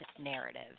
narrative